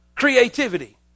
Creativity